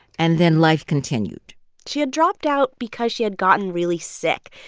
and then life continued she had dropped out because she had gotten really sick.